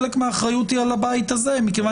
חלק מהאחריות הוא על הבית הזה מכיוון